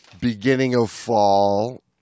beginning-of-fall